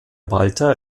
walter